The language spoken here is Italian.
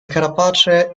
carapace